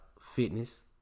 fitness